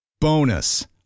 Bonus